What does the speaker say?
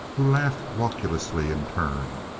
who laughed raucously in turn.